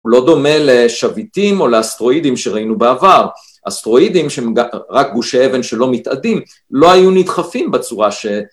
לא דומה לשוויטים או לאסטרואידים שראינו בעבר, אסטרואידים שהם רק גושי אבן שלא מתאדים, לא היו נדחפים בצורה ש...